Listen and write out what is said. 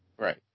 Right